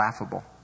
laughable